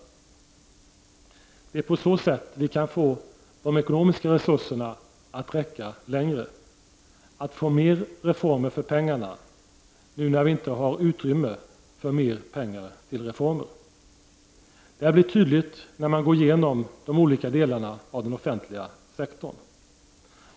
Det är på så sätt vi kan få de ekonomiska resurserna att räcka längre — få mer reformer för pengarna, nu när vi inte har utrymme för mer pengar till reformer. Detta blir tydligt när man går igenom de olika delarna av den offentliga sektorn.